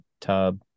tub